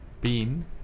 Bean